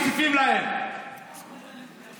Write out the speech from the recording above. אנחנו מעלים את זה.